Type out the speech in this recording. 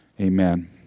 Amen